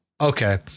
Okay